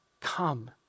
come